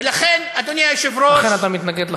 ולכן, אדוני היושב-ראש, ולכן אתה מתנגד לחוק.